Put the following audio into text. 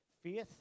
Faith